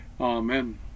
amen